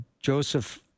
Joseph